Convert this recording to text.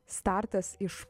startas iš